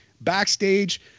backstage